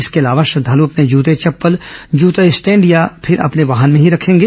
इसके अलावा श्रद्वाल अपने जूते चप्पल जूता स्टैंड या फिर अपने वाहन में ही रखेंगे